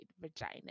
vagina